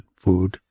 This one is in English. food